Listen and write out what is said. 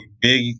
Big